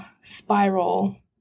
spiral